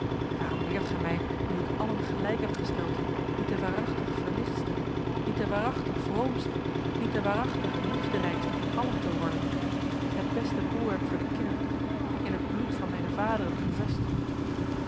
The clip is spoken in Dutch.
waarom leert gij mij nu ik allen gelijk heb gesteld niet den waarachtig verlichtste niet den waarachtig vroomste niet den waarachtig liefderijkste van allen te worden het beste bolwerk voor de kerk in het bloed van mijne vaderen gevest